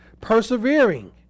persevering